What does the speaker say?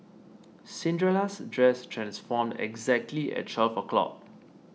Cinderella's dress transformed exactly at twelve o' clock